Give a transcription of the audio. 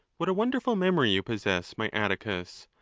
what a wonderful memory you possess, my atticus!